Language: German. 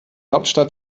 hauptstadt